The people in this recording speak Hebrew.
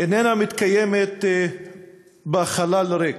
איננה מתקיימת בחלל ריק.